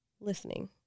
listening